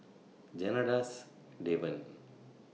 Janadas Devan